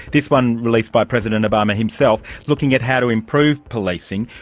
this one released by president obama himself, looking at how to improve policing.